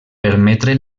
permetre